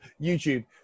YouTube